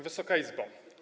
Wysoka Izbo!